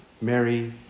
Mary